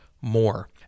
more